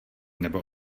nebo